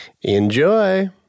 Enjoy